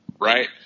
right